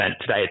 Today